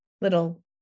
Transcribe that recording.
little